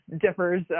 differs